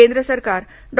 केंद्र सरकार डॉ